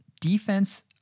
Defense